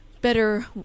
better